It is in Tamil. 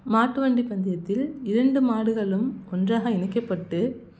மாட்டு வண்டி பந்தயத்தில் இரண்டு மாடுகளும் ஒன்றாக இணைக்கப்பட்டு